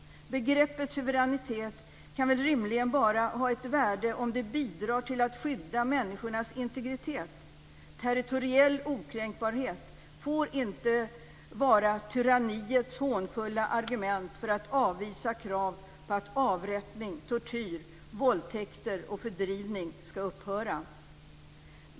Begreppet suveränitet kan väl rimligen bara ha ett värde om det bidrar till att skydda människornas integritet. Territoriell okränkbarhet får inte vara tyranniets hånfulla argument för att avvisa krav på att avrättning, tortyr, våldtäkter och fördrivning skall upphöra.